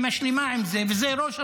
שמשלימה עם זה, וזה ראש הממשלה.